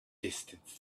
distance